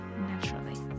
naturally